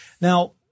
Now